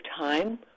time